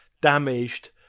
damaged